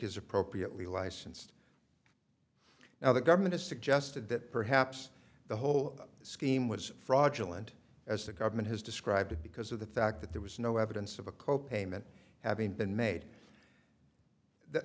is appropriately licensed now the government has suggested that perhaps the whole scheme was fraudulent as the government has described because of the fact that there was no evidence of a co payment having been made that